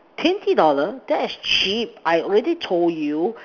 twenty dollar that's cheap I already told you